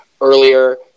earlier